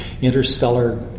interstellar